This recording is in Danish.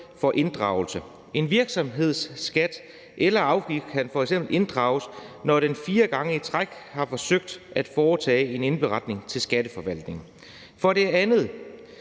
for inddragelsen. En virksomheds skat eller afgift kan f.eks. inddrages, når den fire gange i træk har forsøgt at foretage en indberetning til Skatteforvaltningen. For det andet